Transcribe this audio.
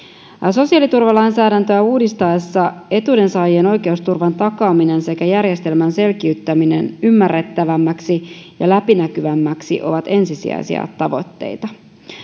sosiaaliturvalainsäädäntöä uudistettaessa etuuden saajien oikeusturvan takaaminen sekä järjestelmän selkiyttäminen ymmärrettäväksi ja läpinäkyvämmäksi ovat ensisijaisia tavoitteita